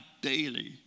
daily